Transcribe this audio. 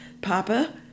Papa